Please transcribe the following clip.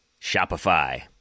Shopify